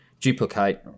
duplicate